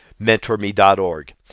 mentorme.org